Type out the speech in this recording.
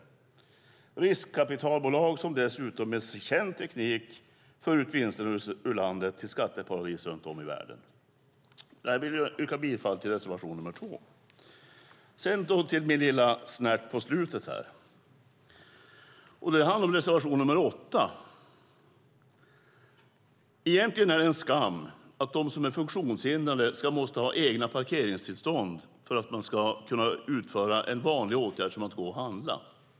Det är riskkapitalbolag som dessutom med känd teknik för ut vinsterna ur landet till skatteparadis runt om i världen. Jag yrkar bifall till reservation nr 2. Nu till min lilla snärt på slutet. Det handlar om reservation nr 8. Egentligen är det en skam att de som är funktionshindrade måste ha egna parkeringstillstånd för att kunna utföra en vanlig aktivitet som att handla.